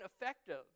effective